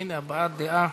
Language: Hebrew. הנה, הבעת דעה,